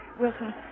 Wilson